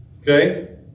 Okay